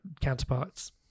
counterparts